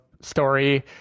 story